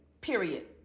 Period